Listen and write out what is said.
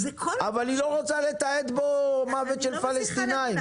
אבל היא לא רוצה לתעד בו מוות של פלסטינאים,